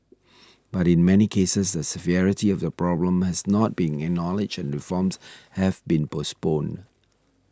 but in many cases the severity of the problem has not been acknowledged and reforms have been postponed